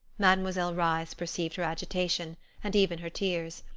mademoiselle reisz perceived her agitation and even her tears.